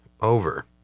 Over